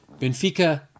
Benfica